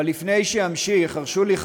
אבל לפני שאמשיך הרשו לי,